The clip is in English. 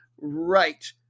Right